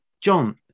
John